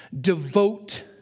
devote